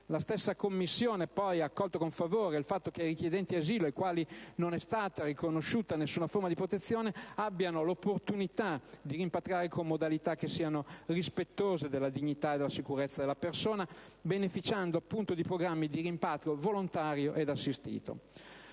La stessa Commissione, poi, ha accolto con favore il fatto che i richiedenti asilo ai quali non è stata riconosciuta nessuna forma di protezione, abbiano l'opportunità di rimpatriare con modalità che siano rispettose della dignità e della sicurezza della persona, beneficiando, appunto, di programmi di rimpatrio volontario e assistito.